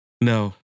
No